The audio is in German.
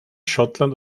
schottland